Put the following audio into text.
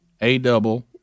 A-double